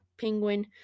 Penguin